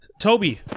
Toby